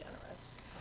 generous